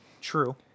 True